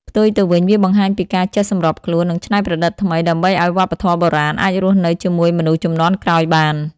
ផ្ទុយទៅវិញ វាបង្ហាញពីការចេះសម្របខ្លួន និងច្នៃប្រឌិតថ្មី ដើម្បីឲ្យវប្បធម៌បុរាណអាចរស់នៅជាមួយមនុស្សជំនាន់ក្រោយបាន។